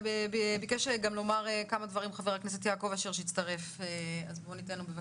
ביקש חבר הכנסת יעקב אשר שהצטרף אלינו לומר כמה דברים.